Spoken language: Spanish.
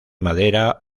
madera